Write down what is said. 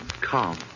Calm